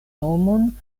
nomon